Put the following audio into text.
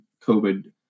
COVID